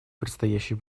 предстоящий